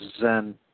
Zen